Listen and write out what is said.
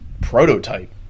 prototype